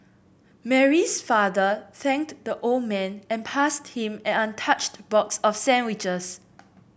Mary's father thanked the old man and passed him an untouched box of sandwiches